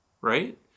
right